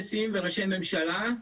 נשיאים וראשי ממשלה.